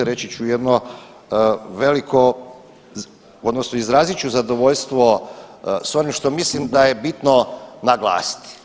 Reći ću jedno veliko odnosno izrazit ću zadovoljstvo s onim što mislim da je bitno naglasiti.